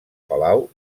palau